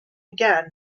again